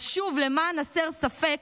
אז שוב, למען הסר ספק,